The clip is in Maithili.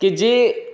के जे